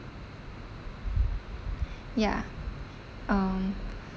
ya um